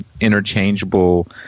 interchangeable